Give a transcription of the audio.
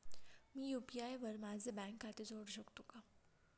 मी UPI वर माझे bank खाते जोडू शकतो का?